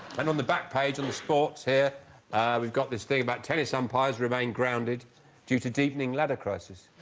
and on the back page of the sports here we've got this thing about tell you some pyres remain grounded due to evening leather crisis